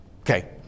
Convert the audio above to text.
Okay